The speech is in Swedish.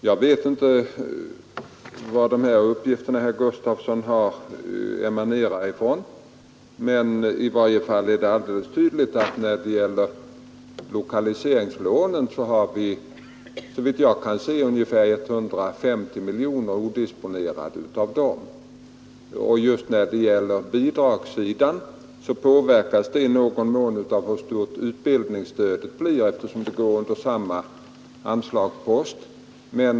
Jag vet inte varifrån herr Gustavssons uppgifter emanerar, men det är tydligt att när det gäller lokaliseringslånen har vi ungefär 150 miljoner odisponerade. Bidragssidan påverkas i någon mån av hur stort utbildningsstödet blir, eftersom det går under samma anslagspost.